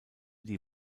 die